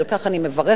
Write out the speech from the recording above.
ועל כך אני מברכת.